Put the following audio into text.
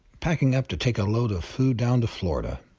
packing up to take a load of food down to florida.